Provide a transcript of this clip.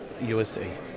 USA